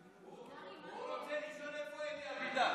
הוא רוצה לשאול איפה אלי אבידר,